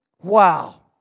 Wow